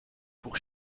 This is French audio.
pour